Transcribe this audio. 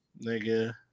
nigga